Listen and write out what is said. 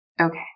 Okay